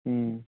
ꯎꯝ